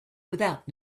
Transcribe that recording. without